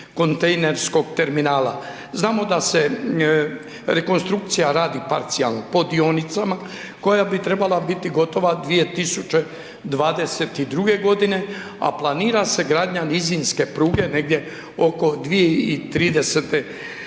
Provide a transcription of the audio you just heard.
kontejnerskog terminala? Znamo da se rekonstrukcija radi parcijalno, po dionicama, koja bi trebala biti gotova 2022. godine, a planira se gradnja nizinske pruge, negdje oko 2030. godine.